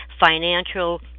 Financial